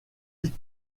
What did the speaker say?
vite